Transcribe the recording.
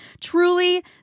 Truly